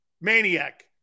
maniac